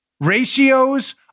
Ratios